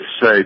say